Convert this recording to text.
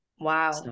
Wow